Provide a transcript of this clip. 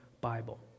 Bible